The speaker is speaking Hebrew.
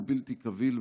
הוא בלתי קביל,